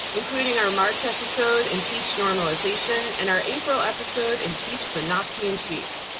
including our march episode impeach normalization and our april episode impeach the nazi in chief.